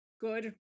good